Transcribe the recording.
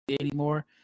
anymore